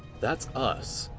that's us.